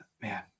man